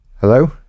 Hello